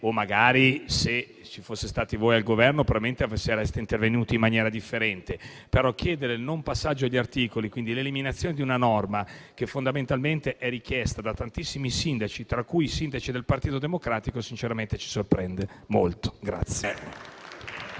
magari se foste stati voi al governo, probabilmente sareste intervenuti in maniera differente, però chiedere il non passaggio agli articoli e, quindi, l'eliminazione di una norma, fondamentalmente richiesta da tantissimi sindaci, tra cui sindaci del Partito Democratico, sinceramente ci sorprende molto.